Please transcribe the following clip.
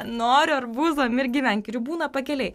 noriu arbūzo mirk gyvenk ir jų būna pakelėj